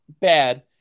bad